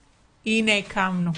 הנה, הקמנו.